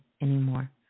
anymore